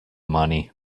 money